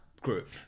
group